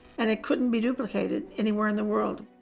and it couldn't be duplicated anywhere in the world.